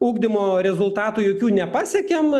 ugdymo rezultatų jokių nepasiekėm